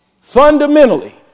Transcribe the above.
fundamentally